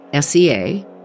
SEA